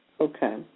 Okay